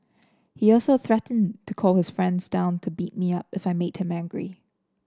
he also threatened to call his friends down to beat me up if I him angry